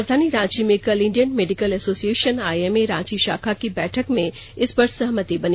राजधानी रांची में कल Indian Medical Association IMA Ranchi षाखा की बैठक में इस पर सहमति बनी